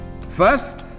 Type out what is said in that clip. First